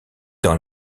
dans